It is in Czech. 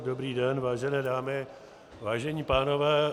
Dobrý den vážené dámy, vážení pánové.